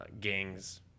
gangs